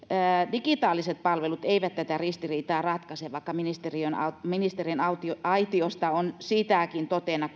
digitaaliset palvelut eivät tätä ristiriitaa ratkaise vaikka ministerin aitiosta on sitäkin totena